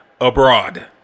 abroad